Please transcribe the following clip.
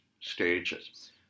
stages